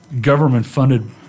government-funded